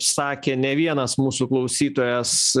sakė ne vienas mūsų klausytojas